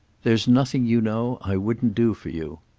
there's nothing, you know, i wouldn't do for you.